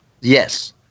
Yes